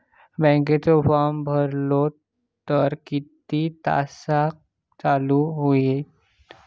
बँकेचो फार्म भरलो तर किती तासाक चालू होईत?